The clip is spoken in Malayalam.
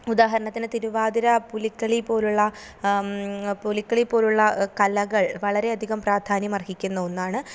ഉദാഹരണത്തിന് തിരുവാതിര പുലിക്കളി പോലുള്ള പുലിക്കളി പോലുള്ള കലകൾ വളരെ അധികം പ്രാധാന്യം അർഹിക്കുന്ന ഒന്നാണ്